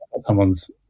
someone's